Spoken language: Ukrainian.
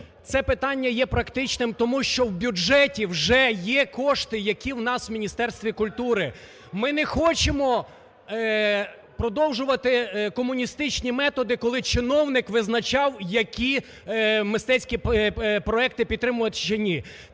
Це питання є практичним, тому що в бюджеті вже є кошти, які в нас в Міністерстві культури. Ми не хочемо продовжувати комуністичні методи, коли чиновник визначав, які мистецькі проекти підтримувати чи ні.